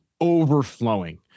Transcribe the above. overflowing